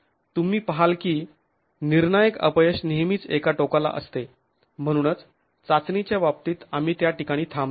तुम्ही पहाल की निर्णायक अपयश नेहमीच एका टोकाला असते म्हणूनच चाचणीच्या बाबतीत आम्ही त्या ठिकाणी थांबतो